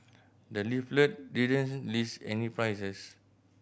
the leaflet didn't list any prices